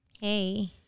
Hey